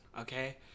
Okay